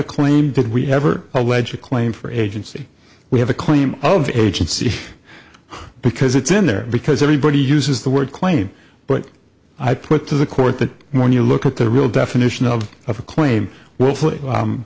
a claim did we ever alleged claim for agency we have a claim of agency because it's in there because everybody uses the word claim but i put to the court that when you look at the real definition of a claim w